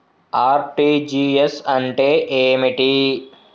RTGS అంటే ఏమిటి?